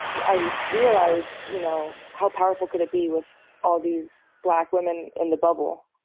i realize, you know, how powerful could it be with all these black women in the bubble,